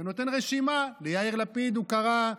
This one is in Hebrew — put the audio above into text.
ונותן רשימה: ליאיר לפיד הוא קרא,